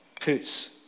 puts